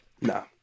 no